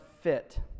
fit